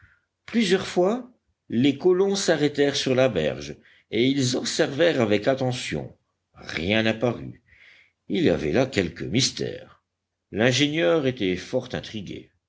plusieurs fois les colons s'arrêtèrent sur la berge et ils observèrent avec attention rien n'apparut il y avait là quelque mystère l'ingénieur était fort intrigué